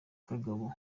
kagabo